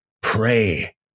Pray